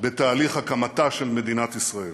בתהליך הקמתה של מדינת ישראל.